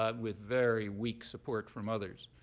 ah with very weak support from others.